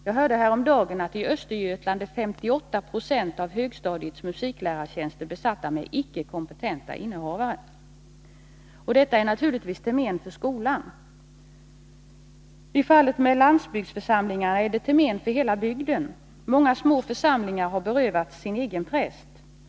Jag hörde häromdagen att i Östergötland 58 96 av högstadiets musiklärartjänster är besatta med icke kompetenta innehavare; Detta är naturligtvis till men för skolan. I fallet med landsbygdsförsamlingarna är det till men för hela bygden. Många små församlingar har berövats sin egen präst.